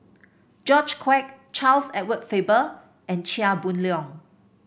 George Quek Charles Edward Faber and Chia Boon Leong